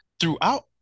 throughout